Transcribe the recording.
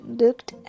looked